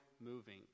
moving